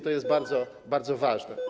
To jest bardzo, bardzo ważne.